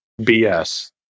BS